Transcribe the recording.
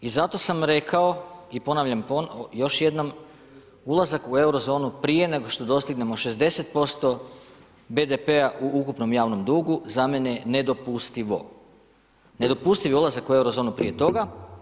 I zato sam rekao i ponavljam još jednom, ulazak u Eurozonu prije nego što dostignemo 60% BPD-a u ukupnom javnom dugu za mene je nedopustivo, nedopustiv ulazak u Eurozonu prije toga.